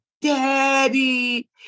Daddy